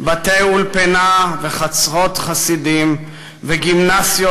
בתי-אולפנה וחצרות חסידים וגימנסיות,